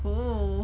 cool